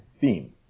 Theme